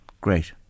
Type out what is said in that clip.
great